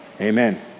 Amen